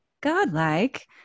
godlike